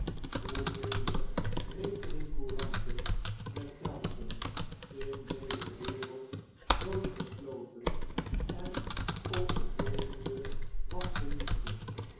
hoevele rekeningcouranten met tellson in deze wereld nooit gesloten en op de volgende wachten moesten